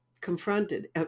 confronted